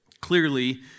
Clearly